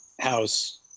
house